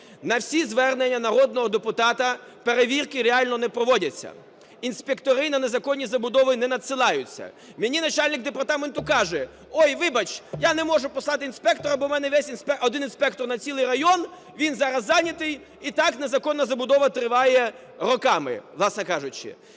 На всі звернення народного депутата перевірки реально не проводяться, інспектори на незаконні забудови не надсилаються. Мені начальник департаменту каже: "Ой, вибач, я не можу послати інспектора, бо у мене один інспектор на цілий район, він зараз зайнятий", – і так незаконна забудова триває роками, власне кажучи.